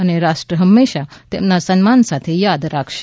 અને રાષ્ટ્ર હંમેશાં તેમને સન્માન સાથે યાદ રાખશે